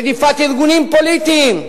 רדיפת ארגונים פוליטיים.